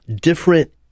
different